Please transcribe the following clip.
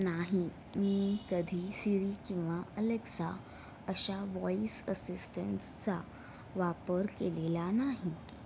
नाही मी कधी सीरी किंवा अलेक्सा अशा वॉइस असिस्टंट्सचा वापर केलेला नाही